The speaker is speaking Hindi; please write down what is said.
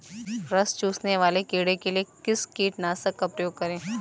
रस चूसने वाले कीड़े के लिए किस कीटनाशक का प्रयोग करें?